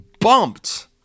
bumped